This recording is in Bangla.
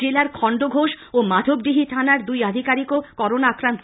জেলার খণ্ডঘোষ ও মাধবডিহি থানার দুই আধিকারিকও করোনা আক্রান্ত